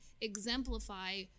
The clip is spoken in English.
exemplify